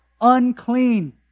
unclean